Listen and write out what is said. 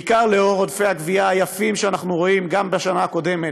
בעיקר לאור עודפי הגבייה היפים שאנחנו רואים בשנה הקודמת,